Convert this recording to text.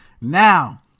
now